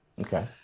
Okay